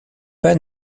pas